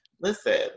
listen